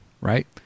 Right